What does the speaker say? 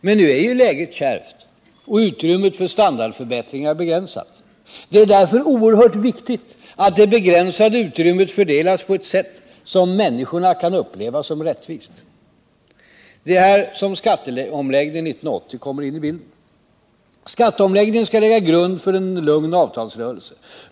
Men nu är ju läget kärvt och utrymmet för standardförbättringar begränsat. Det är därför oerhört viktigt att det begränsade utrymmet fördelas på ett sätt som människorna kan uppleva som rättvist. Det är här som skatteomläggningen för 1980 kommer in i bilden. Skatteomläggningen skall lägga grunden till en lugn avtalsrörelse.